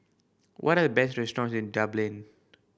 what are the best restaurant in Dublin